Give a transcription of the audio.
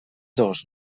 dos